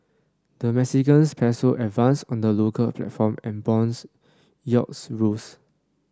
the Mexican peso advanced on the local platform and bond yields rose